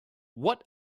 what